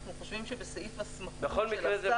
אנחנו חושבים שבסעיף הסמכות של השר